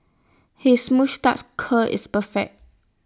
his moustache curl is perfect